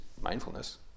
mindfulness